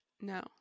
no